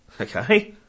Okay